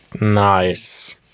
Nice